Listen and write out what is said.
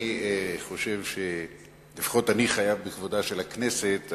אני חושב שלפחות אני חייב בכבודה של הכנסת,